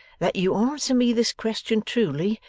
that you answer me this question truly,